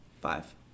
Five